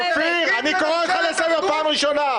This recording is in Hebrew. --- אופיר, אני קורא אותך לסדר פעם ראשונה.